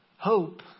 Hope